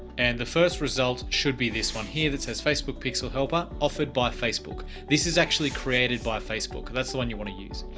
and the first result should be this one here that says facebook pixel helper offered by facebook. this is actually created by facebook, so that's the one you want to use.